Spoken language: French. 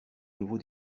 nouveau